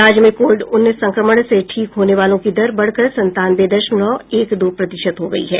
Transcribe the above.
राज्य में कोविड उन्नीस संक्रमण से ठीक होने वालों की दर बढ़कर संतानवे दशमलव एक दो प्रतिशत हो गयी है